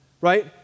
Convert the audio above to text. right